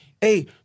hey